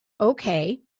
Okay